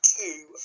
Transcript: two